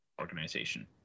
organization